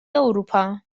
اروپا